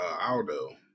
Aldo